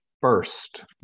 first